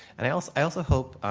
and i also i also hope